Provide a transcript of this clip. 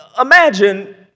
imagine